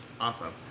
Awesome